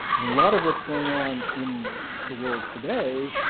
and a lot of what's going on in the world today